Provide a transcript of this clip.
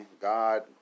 God